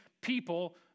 people